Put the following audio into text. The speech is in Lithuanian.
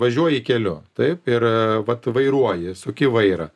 važiuoji keliu taip ir vat vairuoji suki vairą